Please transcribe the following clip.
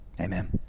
Amen